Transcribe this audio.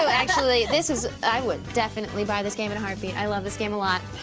so actually. this is, i would definitely buy this game in a heartbeat, i love this game a lot.